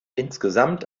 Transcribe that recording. insgesamt